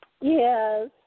Yes